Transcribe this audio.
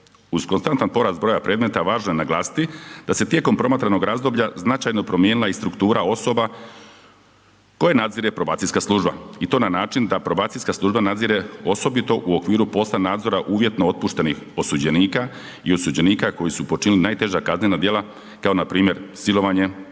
Uz konstantan porast broja predmeta, važno je naglasiti da se tijekom promatranog razdoblja značajno promijenila i struktura osoba koje nadzire probacijska služba i to na način da probacijska služba nadzire osobito u okviru poslije nadzora uvjetno otpuštenih osuđenika i osuđenika koji su počinili najteža kaznena djela kao npr. silovanje,